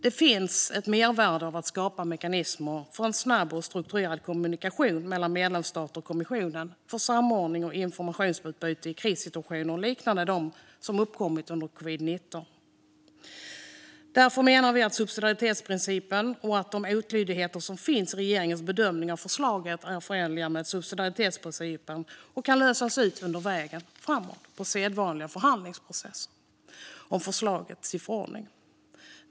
Det finns ett mervärde av att skapa mekanismer för en snabb och strukturerad kommunikation mellan medlemsstaterna och kommissionen för samordning och informationsutbyte i krissituationer liknande dem som uppstod under covid-19-pandemin. Därför menar vi att de otydligheter som lyfts fram i regeringens bedömning av om förslaget är förenligt med subsidiaritetsprincipen kan hanteras på vägen framåt under den sedvanliga förhandlingsprocessen om förslaget till förordning.